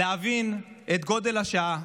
להבין את גודל השעה,